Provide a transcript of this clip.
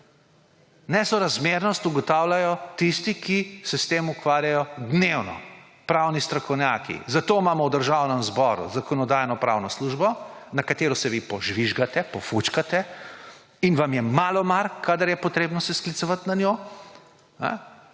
Nesorazmernost ugotavljajo tisti, ki se s tem ukvarjajo dnevno − pravni strokovnjaki. Zato imamo v Državnemu zboru Zakonodajno-pravno službo, na katero se vi požvižgate, pofučkate in vam je malo mar, kadar se je treba sklicevati na njo.